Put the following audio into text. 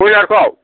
ब्रइलारखौ